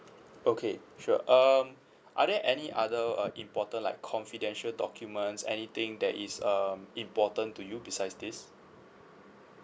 okay sure um are there any other uh important like confidential documents anything that is um important to you besides this